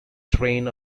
train